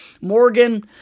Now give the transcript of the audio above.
Morgan